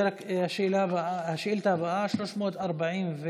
השאילתה הבאה, מס' 340,